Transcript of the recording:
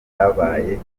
byabaye